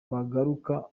bagaruka